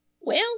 Well